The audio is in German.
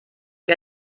wie